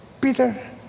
Peter